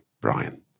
Brian